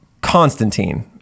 Constantine